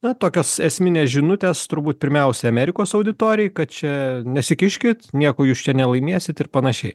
na tokios esminės žinutės turbūt pirmiausia amerikos auditorijai kad čia nesikiškit nieko jūs čia nelaimėsit ir panašiai